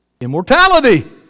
Immortality